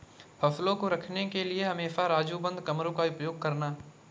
फसलों को रखने के लिए हमेशा राजू बंद कमरों का उपयोग करना